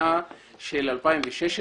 לשנת 2016,